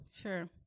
sure